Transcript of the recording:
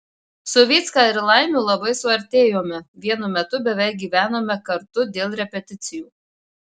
su vycka ir laimiu labai suartėjome vienu metu beveik gyvenome kartu dėl repeticijų